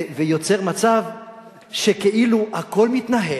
ויוצר מצב שכאילו הכול מתנהל.